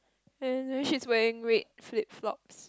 then then she's wearing red flip flop